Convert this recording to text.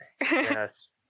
Yes